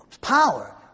power